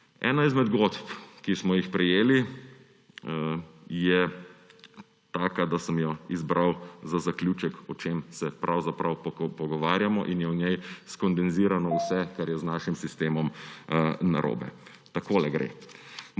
Ena izmed zgodb, ki smo jih prejeli, je taka, da sem jo izbral za zaključek, o čem se pravzaprav pogovarjamo. V njej je kondenzirano vse, kar je z našim sistemom narobe. Takole gre: